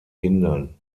kindern